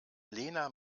lena